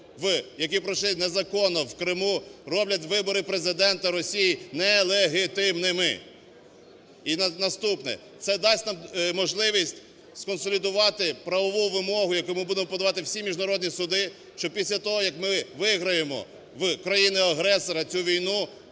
які пройшли незаконно в Криму роблять вибори Президента Росії не легітимними. І наступне – це дасть нам можливість сконсолідувати правову вимогу, яку ми будемо подавати в усі міжнародні суди. Що після того як ми виграємо в країни-агресора цю війну,